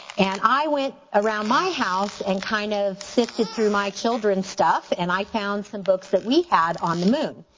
and i went around my house and kind of sifted through my children's stuff and i found some books that we had on the moon.